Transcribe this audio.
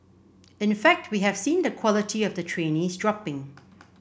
in fact we have seen the quality of the trainees dropping